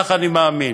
כך אני מאמין.